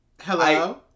Hello